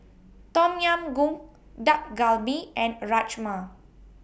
Tom Yam Goong Dak Galbi and Rajma